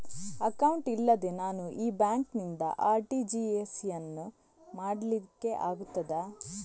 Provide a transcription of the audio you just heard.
Account ಇಲ್ಲದೆ ನಾನು ಈ ಬ್ಯಾಂಕ್ ನಿಂದ ಆರ್.ಟಿ.ಜಿ.ಎಸ್ ಯನ್ನು ಮಾಡ್ಲಿಕೆ ಆಗುತ್ತದ?